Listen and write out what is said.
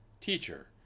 Teacher